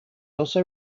also